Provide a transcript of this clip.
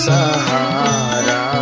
Sahara